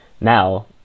now